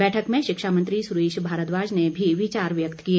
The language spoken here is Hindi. बैठक में शिक्षा मंत्री सुरेश भारद्वाज ने भी विचार व्यक्त किए